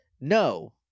No